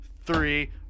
three